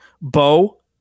Bo